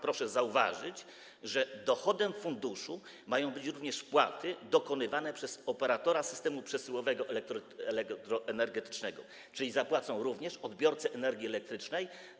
Proszę zauważyć, że dochodem funduszu mają być również wpłaty dokonywane przez operatora systemu przesyłowego elektroenergetycznego, czyli za tworzenie tego funduszu zapłacą również odbiorcy energii elektrycznej.